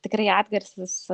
tikrai atgarsis